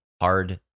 hard